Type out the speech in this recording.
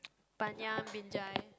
Banyan Binjai